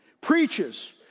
preaches